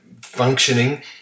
functioning